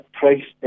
price